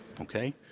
okay